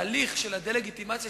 התהליך של הדה-לגיטימציה,